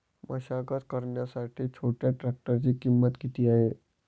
मशागत करण्यासाठी छोट्या ट्रॅक्टरची किंमत किती आहे?